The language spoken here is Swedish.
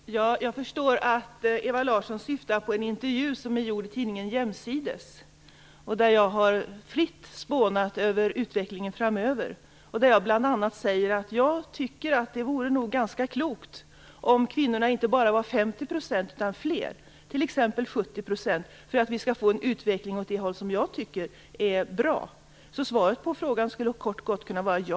Herr talman! Jag förstår att Ewa Larsson syftar på en intervju som är gjord i tidningen Jämsides, där jag fritt har spånat över utvecklingen framöver och bl.a. säger att det nog vore klokt om kvinnorna inte bara var 50 %, utan fler, t.ex. 70 % för att vi skall få en utveckling åt det håll som jag tycker är bra. Svaret på frågan skulle kort och gott kunna vara ja.